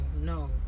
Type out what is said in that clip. no